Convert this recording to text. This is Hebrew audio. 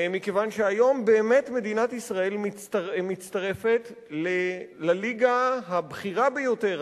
מכיוון שהיום באמת מדינת ישראל מצטרפת לליגה הבכירה ביותר,